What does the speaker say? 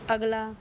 ਅਗਲਾ